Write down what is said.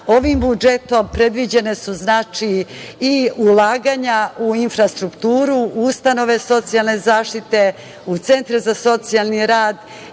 budžetom predviđena su i ulaganja u infrastrukturu, ustanove socijalne zaštite, u centre za socijalni rad